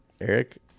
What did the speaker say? Eric